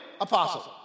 apostle